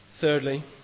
Thirdly